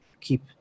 keep